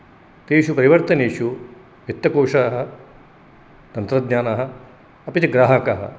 तेषु परिवर्तनेषु वित्तकोशः तन्त्रज्ञानाः अपि च ग्राहकाः